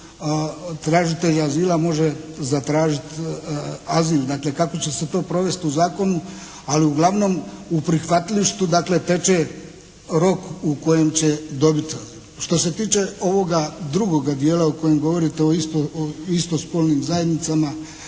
tražitelj azila može zatražit azil. Dakle kako će se to provesti u zakonu, ali uglavnom u prihvatilištu dakle teče rok u kojem će dobiti azil. Što se tiče ovoga drugoga dijela o kojem govorite o istospolnim zajednicama,